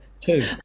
Two